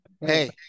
Hey